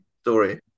story